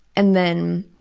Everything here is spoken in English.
and then